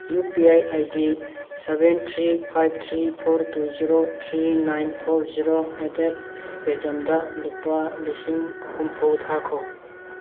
U P I I D seven three five three four two zero three nine four zero at the rate ꯄꯦ ꯇꯤ ꯑꯦꯝꯗ ꯂꯨꯄꯥ ꯂꯤꯁꯤꯡ ꯍꯨꯝꯐꯨ ꯊꯥꯈꯣ